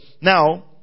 Now